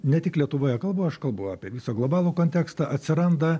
ne tik lietuvoje kalbu aš kalbu apie visą globalų kontekstą atsiranda